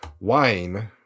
wine